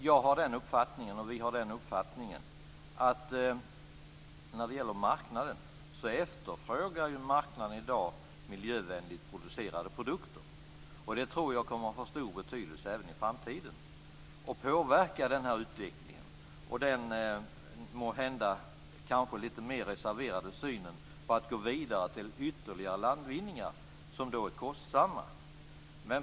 Fru talman! Ja visst, vi har den uppfattningen att marknaden i dag efterfrågar miljövänligt producerade produkter. Jag tror att det kommer att få stor betydelse även i framtiden och påverka den här utvecklingen, och den måhända kanske lite mer reserverade synen på att gå vidare till ytterligare landvinningar, som är kostsamma.